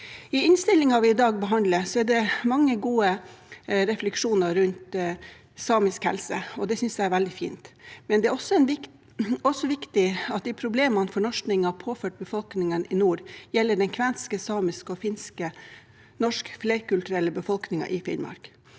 I innstillingen vi i dag behandler, er det mange gode refleksjoner rundt samisk helse. Det synes jeg er veldig fint, men det er også viktig at de problemene fornorskingen har påført befolkningen i nord, gjelder den kvenske, samiske og finske norsk-flerkulturelle befolkningen i Finnmark.